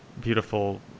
beautiful